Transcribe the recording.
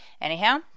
Anyhow